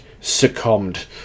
succumbed